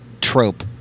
trope